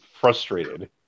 frustrated